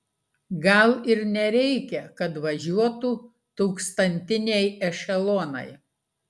gal ir nereikia kad važiuotų tūkstantiniai ešelonai